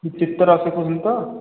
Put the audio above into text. ଚିତ୍ର ଶିଖୋଉଛନ୍ତି ତ